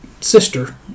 sister